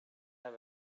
have